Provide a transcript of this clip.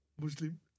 Muslim